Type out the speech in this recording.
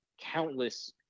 countless